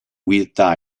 with